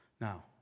Now